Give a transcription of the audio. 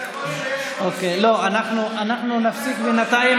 אנחנו נפסיק בינתיים,